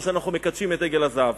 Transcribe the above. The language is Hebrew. או שאנחנו מקדשים את עגל הזהב.